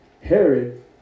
Herod